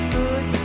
good